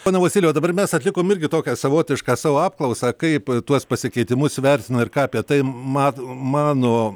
pone vasilijau dabar mes atlikom irgi tokią savotišką savo apklausą kaip tuos pasikeitimus vertina ir ką apie tai mat mano